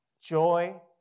joy